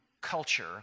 culture